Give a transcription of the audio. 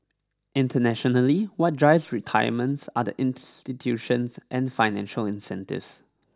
internationally what drives retirements are the institutions and financial incentives